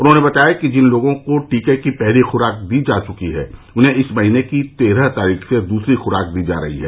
उन्होंने बताया कि जिन लोगों को टीके की पहली खुराक दी जा चुकी है उन्हें इस महीने की तेरह तारीख से दूसरी खुराक दी जा रही है